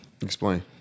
Explain